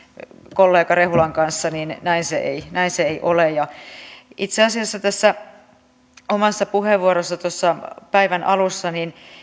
kollega rehulan kanssa niin näin se ei ole itse asiassa omassa puheenvuorossani päivän alussa